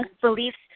beliefs